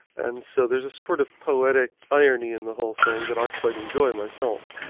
and so there's a sort of poetic irony in the whole thing that i quite enjoy, myself.